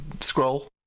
Scroll